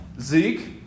Zeke